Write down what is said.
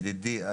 ידידי,